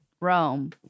Rome